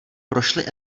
prošli